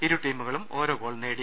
ഇരു ടീമുകളും ഓരോഗോൾ നേടി